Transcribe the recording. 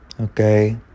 Okay